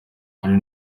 ari